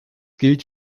gilt